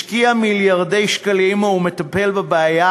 השקיע מיליארדי שקלים ומטפל בבעיה,